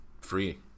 free